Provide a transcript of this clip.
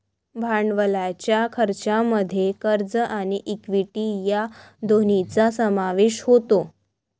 भांडवलाच्या खर्चामध्ये कर्ज आणि इक्विटी या दोन्हींचा समावेश होतो